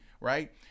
right